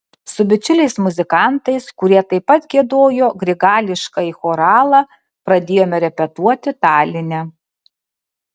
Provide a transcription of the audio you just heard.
su bičiuliais muzikantais kurie taip pat giedojo grigališkąjį choralą pradėjome repetuoti taline